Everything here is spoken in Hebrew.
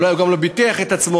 אולי הוא גם לא ביטח את עצמו,